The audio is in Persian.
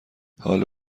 حال